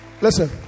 Listen